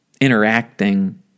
interacting